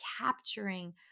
capturing